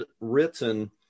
written